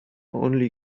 only